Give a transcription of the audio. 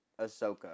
Ahsoka